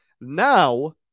Now